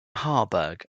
harburg